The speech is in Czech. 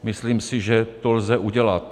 Myslím si, že to lze udělat.